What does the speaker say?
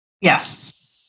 Yes